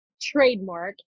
trademark